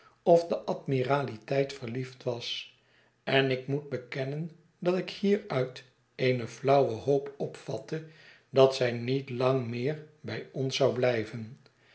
of de admiraliteit verliefd was en ik moet bekennen dat ik meruit eene flauwe hoop opvatte dat zij niet lang meer bij ons zou blijven